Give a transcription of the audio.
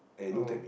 oh